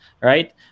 right